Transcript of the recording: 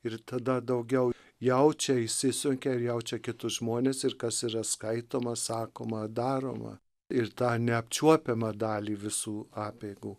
ir tada daugiau jaučia išsisunkia ir jaučia kitus žmones ir kas yra skaitoma sakoma daroma ir tą neapčiuopiamą dalį visų apeigų